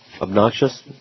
Obnoxious